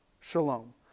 shalom